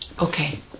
Okay